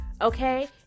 Okay